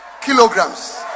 kilograms